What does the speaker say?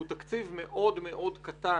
הוא תקציב מאוד מאוד קטן.